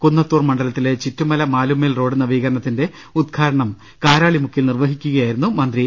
കുന്നത്തൂർ മണ്ഡലത്തിലെ ചിറ്റുമല മാലുമ്മേൽ റോഡ് നവീകരണത്തിന്റെ ഉദ്ഘാടനം കാരാളിമുക്കിൽ നിർവഹിക്കുകയായിരുന്നു അദ്ദേഹം